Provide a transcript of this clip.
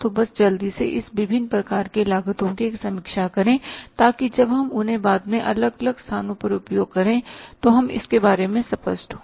तो बस जल्दी से इस विभिन्न प्रकार की लागतों की एक समीक्षा करें ताकि जब हम उन्हें बाद में अलग अलग स्थानों पर उपयोग करें तो हम इसके बारे में स्पष्ट हो